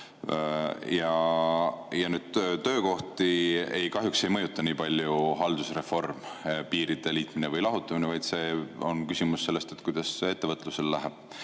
suurus. Töökohti kahjuks ei mõjuta nii palju haldusreform, piiride liitmine või lahutamine, vaid see on küsimus sellest, kuidas ettevõtlusel läheb.